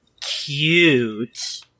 cute